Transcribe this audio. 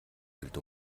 wild